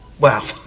wow